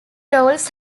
roles